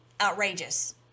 outrageous